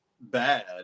bad